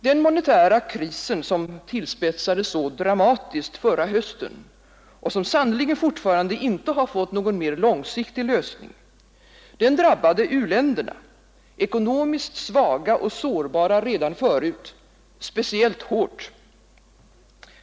Den monetära krisen, som tillspetsades så dramatiskt förra hösten och som sannerligen fortfarande inte har fått någon mer långsiktig lösning, drabbade u-länderna, ekonomiskt svaga och sårbara redan förut, speciellt hårt.